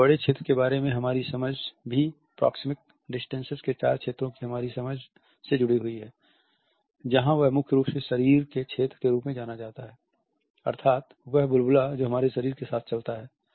एक बड़े क्षेत्र के बारे में हमारी समझ भी प्रोक्सेमिक डिस्टेंस के चार क्षेत्रों की हमारी समझ से जुड़ी हुई है जहाँ वह मुख्य रूप से शरीर के क्षेत्र के रूप में जाना जाता है अर्थात वह बुलबुला जो हमारे शरीर के साथ चलता हैं